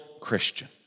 Christian